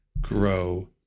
grow